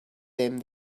them